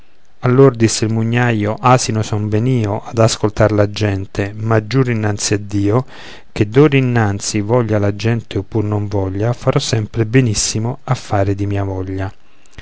allor disse il mugnaio asino son ben io ad ascoltar la gente ma giuro innanzi a dio che d'ora innanzi voglia la gente oppur non voglia farò sempre benissimo a fare di mia voglia